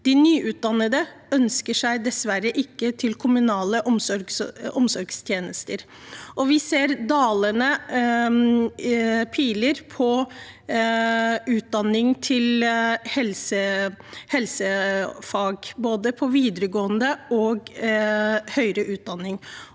De nyutdannede ønsker seg dessverre ikke til kommunale omsorgstjenester, og vi ser dalende piler på utdanning til helsefag ved både videregående og høyere utdanning.